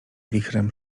wichrem